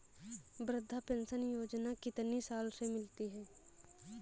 वृद्धा पेंशन योजना कितनी साल से मिलती है?